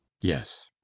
yes